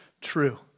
true